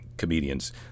comedians